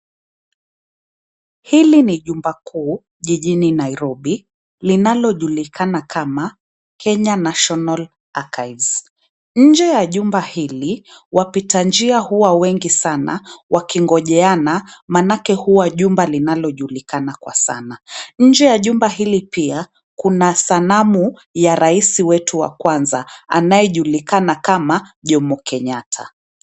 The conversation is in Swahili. Hili ni jumba kuu jijini Nairobi linalojulikana kama Kenya National Archives . Nje ya jumba hili wapita njia huwa wengi sana; wakingojeana maanake huwa jumba linalojulikana kwa sana. Nje ya jumba hili pia kuna sanamu ya rais wetu wa kwanza, anayejulikana kama Jomo Kenyatta.